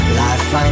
life